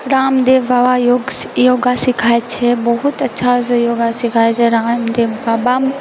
Ramdev Baba yoga सिखाबए छै बहुत अच्छा से योगा सिखाबए छै रामदेव बाबा